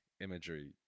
imagery